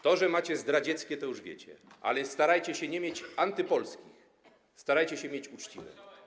To, że macie zdradzieckie, to już wiecie, ale starajcie się nie mieć antypolskich, starajcie się mieć uczciwe.